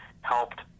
helped